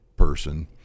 Person